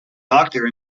doctor